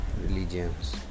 religions